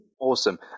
Awesome